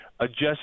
adjust